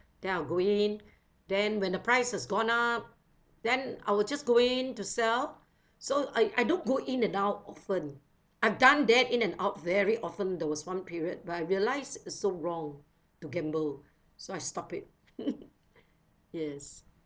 then I'll go in then when the price has gone up then I will just go in to sell so I I don't go in and out often I've done that in and out very often there was one period but I realise it's so wrong to gamble so I stop it yes